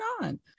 on